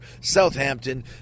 Southampton